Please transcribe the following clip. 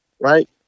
right